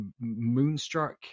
Moonstruck